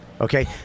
okay